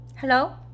Hello